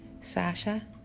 Sasha